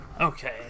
Okay